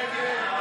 ההסתייגות?